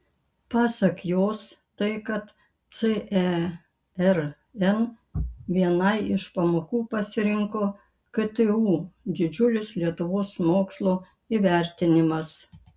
pasak jos tai kad cern vienai iš pamokų pasirinko ktu didžiulis lietuvos mokslo įvertinimas